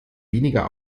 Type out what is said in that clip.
weniger